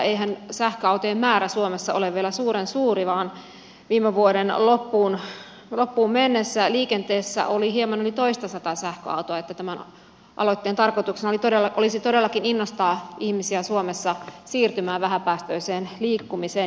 eihän sähköautojen määrä suomessa ole vielä suuren suuri vaan viime vuoden loppuun mennessä liikenteessä oli hieman yli toistasataa sähköautoa joten tämän aloitteen tarkoituksena olisi todellakin innostaa ihmisiä suomessa siirtymään vähäpäästöiseen liikkumiseen